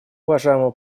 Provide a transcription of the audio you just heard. уважаемого